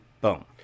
Boom